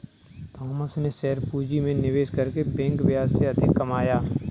Thomas ने share पूंजी में निवेश करके बैंक ब्याज से अधिक कमाया